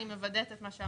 אני מוודאת את מה שאמרתי.